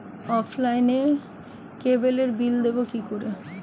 অফলাইনে ক্যাবলের বিল দেবো কি করে?